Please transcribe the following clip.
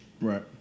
Right